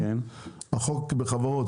החוק בחברות,